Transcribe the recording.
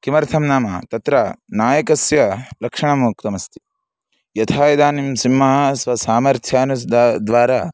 किमर्थं नाम तत्र नायकस्य लक्षणम् उक्तमस्ति यथा इदानीं सिंहः स्वसामर्थ्यानुद्वारा